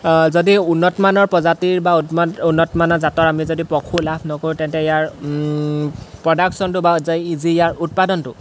যদি উন্নতমানৰ প্ৰজাতিৰ বা উন্নতমানৰ জাতৰ আমি যদি পশু লাভ নকৰোঁ তেন্তে ইয়াৰ প্ৰডাকশ্যনটো বা যি ইয়াৰ উৎপাদনটো